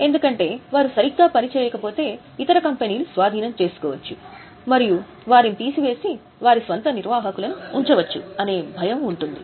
ఎందుకంటే వారు సరిగ్గా పనిచేయకపోతే ఇతర కంపెనీలు స్వాధీనం చేసుకోవచ్చు మరియు వారిని తీసివేసి వారి స్వంత నిర్వాహకులను ఉంచవచ్చు అనే భయం ఉంటుంది